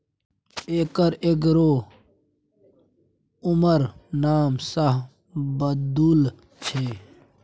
एकर एगो अउर नाम शाहबलुत छै